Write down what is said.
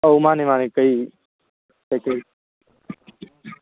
ꯑꯧ ꯃꯥꯅꯦ ꯃꯥꯅꯦ ꯀꯔꯤ ꯀꯔꯤ ꯀꯔꯤ